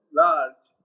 large